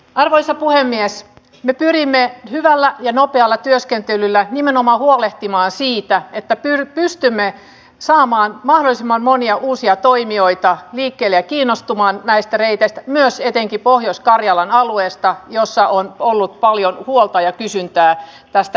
arvoisa puhemies ja rinne myymällä ja nopealla työskentelyllä nimenomaan huolehtimaan siitä että pystymme saamaan mahdollisimman monia uusia toimijoita vikkelä kiinnostumaan näistä reiteistä ja etenkin pohjois karjalan alueesta jossa on tehtävää paljon huolta ja kysyntää tästä